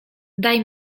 daj